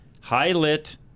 high-lit